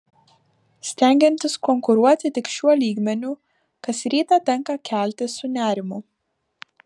stengiantis konkuruoti tik šiuo lygmeniu kas rytą tenka keltis su nerimu